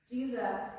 Jesus